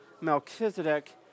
Melchizedek